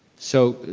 so,